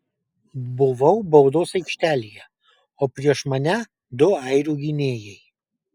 buvau baudos aikštelėje o prieš mane du airių gynėjai